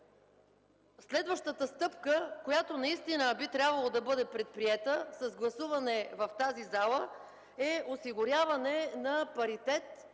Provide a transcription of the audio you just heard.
Следващата стъпка, която наистина би трябвало да бъде предприета с гласуване в тази зала, е осигуряване на паритет